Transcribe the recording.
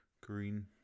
green